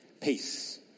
Peace